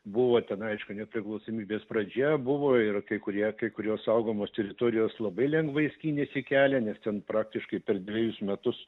buvo tenai aišku nepriklausomybės pradžia buvo ir kai kurie kai kurios saugomos teritorijos labai lengvai skynėsi kelią nes ten praktiškai per dvejus metus